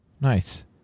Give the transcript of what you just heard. Nice